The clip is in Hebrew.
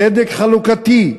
צדק חלוקתי,